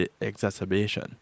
exacerbation